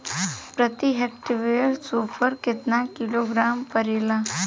प्रति हेक्टेयर स्फूर केतना किलोग्राम परेला?